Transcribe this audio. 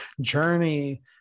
journey